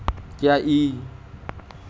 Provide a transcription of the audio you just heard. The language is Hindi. क्या जी.आई.सी कंपनी इसके अन्तर्गत आती है?